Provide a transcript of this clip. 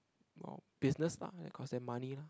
no business lah that cost them money lah